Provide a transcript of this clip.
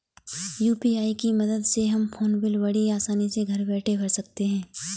UPI की मदद से हम फ़ोन बिल बड़ी आसानी से घर बैठे भर सकते हैं